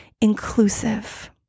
inclusive